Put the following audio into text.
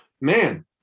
man